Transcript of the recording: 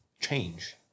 change